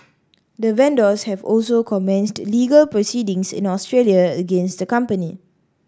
the vendors have also commenced legal proceedings in Australia against the company